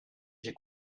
j’ai